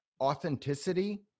authenticity